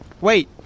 Wait